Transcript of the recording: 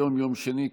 היום יום שני,